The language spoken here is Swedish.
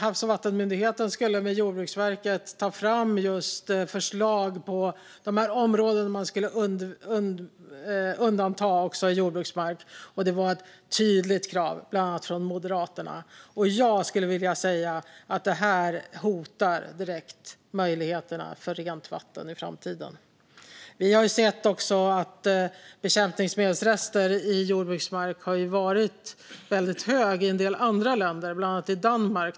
Havs och vattenmyndigheten skulle med Jordbruksverket ta fram förslag på just de här områdena, och man skulle undanta också jordbruksmark. Det var ett tydligt krav från bland andra Moderaterna. Jag skulle vilja säga att det här direkt hotar möjligheterna till rent vatten i framtiden. Vi har sett att graden av bekämpningsmedelsrester i jordbruksmark har varit väldigt hög i en del andra länder, bland annat i Danmark.